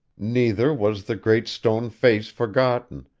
neither was the great stone face forgotten,